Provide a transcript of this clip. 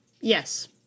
Yes